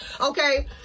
Okay